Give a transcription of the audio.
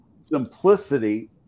simplicity